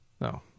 no